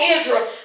Israel